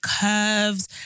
curves